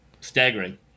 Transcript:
staggering